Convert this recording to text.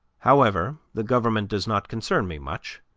however, the government does not concern me much,